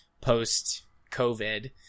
post-COVID